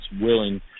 willing